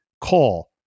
call